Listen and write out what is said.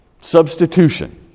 Substitution